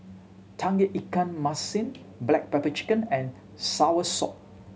Tauge Ikan Masin black pepper chicken and soursop